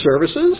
services